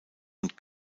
und